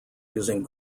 using